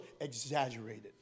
exaggerated